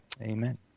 amen